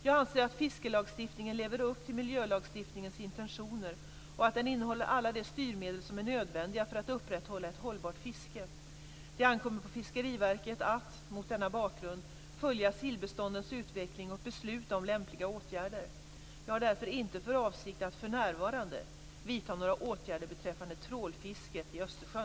Jag anser att fiskelagstiftningen lever upp till miljölagstiftningens intentioner och att den innehåller alla de styrmedel som är nödvändiga för att upprätthålla ett hållbart fiske. Det ankommer på Fiskeriverket att, mot denna bakgrund, följa sillbeståndens utveckling och besluta om lämpliga åtgärder. Jag har därför inte för avsikt att för närvarande vidta några åtgärder beträffande trålfisket i Östersjön.